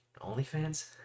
OnlyFans